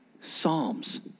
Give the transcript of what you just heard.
Psalms